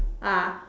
ah